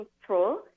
control